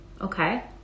Okay